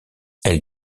elle